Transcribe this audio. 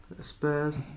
Spurs